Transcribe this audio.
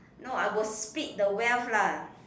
no I will split the wealth lah